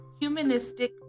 humanistic